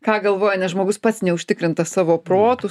ką galvoja nes žmogus pats neužtikrintas savo protu